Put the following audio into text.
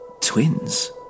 twins